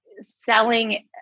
selling